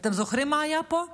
אתם זוכרים מה היה פה בלילה?